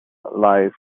lies